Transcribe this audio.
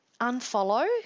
unfollow